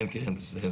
כן, בסדר.